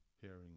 hearing